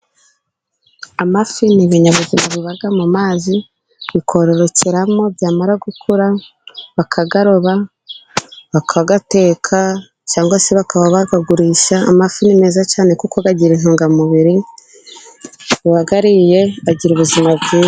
Amafi ni ibinyabuzima biba mu mazi, bikororokeramo, byamara gukura, bakayaroba, bakayateka cyangwa se bakaba bayagurisha, amafi ni meza cyane kuko agira intungamubiri uwayariye agira ubuzima bwiza.